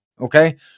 okay